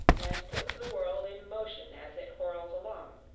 and puts the world in motion as it whirls along.